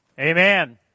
Amen